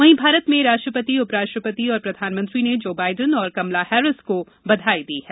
वहीं भारत के राष्ट्रपति उपराष्ट्रपति और प्रधानमंत्री ने जो बाइडेन और कमला हैरिस को बधाई दी है